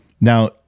Now